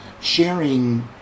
sharing